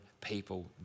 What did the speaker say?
people